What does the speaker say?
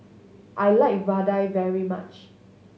I like vadai very much